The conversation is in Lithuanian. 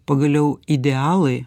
pagaliau idealai